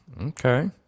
Okay